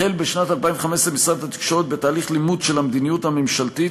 החל בשנת 2015 משרד התקשורת בתהליך לימוד של המדיניות הממשלתית